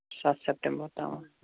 سَتھ سیٚپٹَمبَر تام